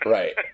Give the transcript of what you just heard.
Right